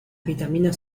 vitaminas